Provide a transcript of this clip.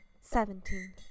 seventeen